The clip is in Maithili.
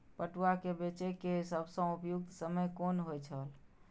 पटुआ केय बेचय केय सबसं उपयुक्त समय कोन होय छल?